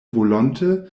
volonte